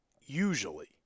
usually